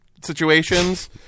situations